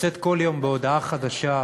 לצאת כל יום בהודעה חדשה,